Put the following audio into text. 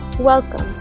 Welcome